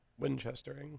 Winchestering